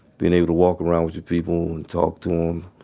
being able to walk around with your people and talk to em.